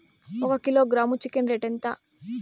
ఒక kilogram chicken rate ఎంత?